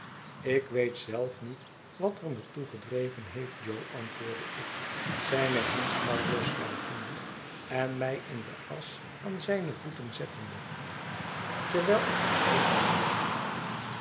ik weet zelf niet wat er me toe gedreven heeft jo antwoordde ik zijne hemdsmouw loslatende en mij in de asch aan zijne voeten zettende terwijl ik mijn hoofd liet hangen